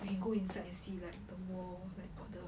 you can go inside and see like tomb lor like got the